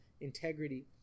integrity